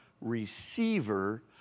receiver